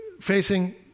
facing